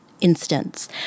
instance